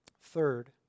third